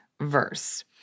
verse